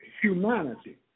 humanity